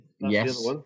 Yes